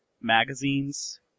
magazines